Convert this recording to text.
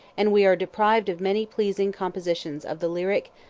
and we are deprived of many pleasing compositions of the lyric,